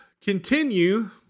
continue